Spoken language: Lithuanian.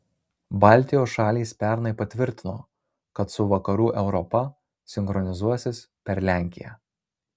baltijos šalys pernai patvirtino kad su vakarų europa sinchronizuosis per lenkiją